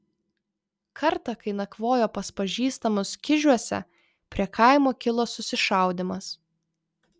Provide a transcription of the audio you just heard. kartą kai nakvojo pas pažįstamus kižiuose prie kaimo kilo susišaudymas